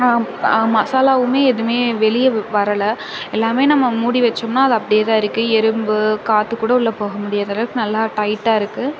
மசாலாவுமே எதுவுமே வெளிய வரல எல்லாமே நம்ம மூடி வச்சோம்னா அது அப்படியே தான் இருக்குது எறும்பு காத்துக்கூட உள்ள போக முடியாத அளவுக்கு நல்லா டைட்டாக இருக்குது